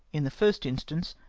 in the first instance,